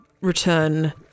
return